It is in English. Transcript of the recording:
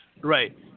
Right